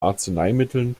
arzneimitteln